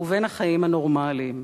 ובין החיים הנורמליים,